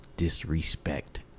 disrespect